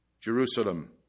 Jerusalem